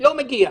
לא מגיע,